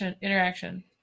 interaction